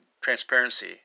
transparency